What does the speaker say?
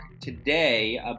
today